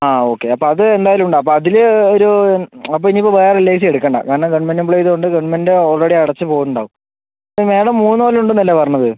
ആ ഓക്കേ അപ്പം അത് എന്തായാലും ഉണ്ടാവും അപ്പം അതിൽ ഒരു അപ്പോൾ ഇനിയിപ്പോൾ വേറെ എൽ ഐ സി എടുക്കേണ്ട കാരണം ഗവൺമെന്റ് എംപ്ലോയി ആയതുകൊണ്ട് ഗവൺമെന്റിന്റെ ഓൾറെഡി അടച്ച് പോവുന്നുണ്ടാവും മേഡം മൂന്ന് കൊല്ലം ഉണ്ടെന്നല്ലേ പറഞ്ഞത്